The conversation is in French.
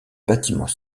bâtiments